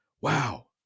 Wow